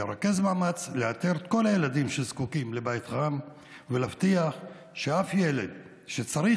לרכז מאמץ ולרכז את כל הילדים שזקוקים לבית חם ולהבטיח ששום ילד שצריך